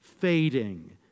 Fading